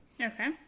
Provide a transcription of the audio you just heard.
Okay